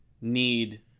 need